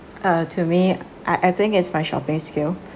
uh to me I I think it's my shopping skill